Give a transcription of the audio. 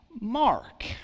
mark